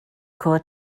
cod